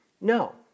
No